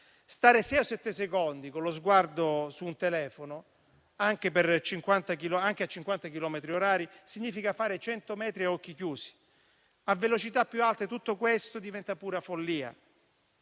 Stare sei o sette secondi con lo sguardo su un telefono, anche a 50 chilometri orari, significa fare 100 metri a occhi chiusi; a velocità più alta, tutto questo diventa pura follia.